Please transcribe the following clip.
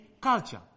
culture